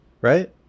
right